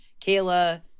Kayla